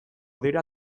dira